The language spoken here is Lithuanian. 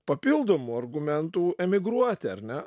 papildomų argumentų emigruoti ar ne